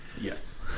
Yes